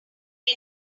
may